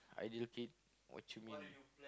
ideal kid what you mean